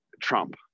trump